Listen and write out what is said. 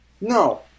No